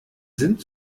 sind